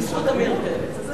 בזכות עמיר פרץ.